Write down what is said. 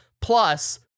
plus